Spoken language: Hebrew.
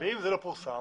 ואם זה לא פורסם,